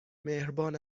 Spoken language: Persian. مهربان